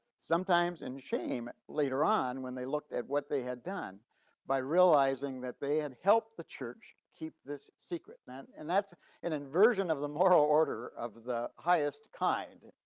sometimes in shame later on when they looked at what they had done by realizing that they had helped the church keep this secret then, and that's an inversion of the moral order of the highest kind,